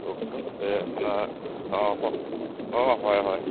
কওকচোন আপোনাৰ অঁ হয় অঁ হয় হয়